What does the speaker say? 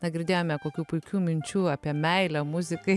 na girdėjome kokių puikių minčių apie meilę muzikai